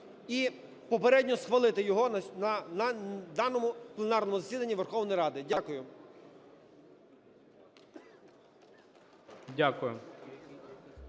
і попередньо схвалити його на даному пленарному засіданні Верховної Ради. Дякую.